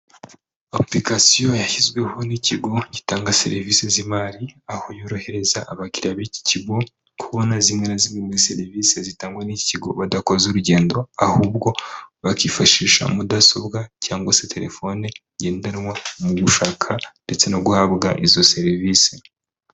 Apurikasiyo yashyizweho n'ikigo gitanga serivise z'imari, aho yorohereza abakiriya b'iki kigo kubona zimwe na zimwe muri serivise zitangwa n'iki kigo badakoze urugendo, ahubwo bakifashisha mudasobwa cyangwa se telefone ngendanwa mu gushaka ndetse no guhabwa izo serivise.